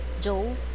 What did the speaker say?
Joe